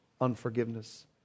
unforgiveness